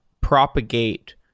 propagate